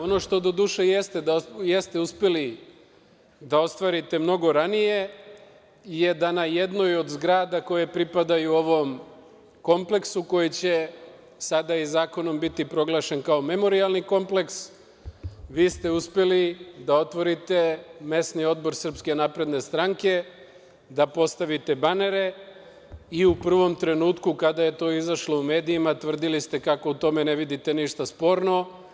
Ono što doduše jeste uspeli da ostvarite mnogo ranije je da u jednoj od zgrada koje pripadaju ovom kompleksu, koji će sada i zakonom biti proglašen kao memorijalni kompleks, otvorite mesni odbor SNS, da postavite banere i u prvom trenutku, kada je to izašlo u medijima, tvrdili ste kako u tome ne vidite ništa sporno.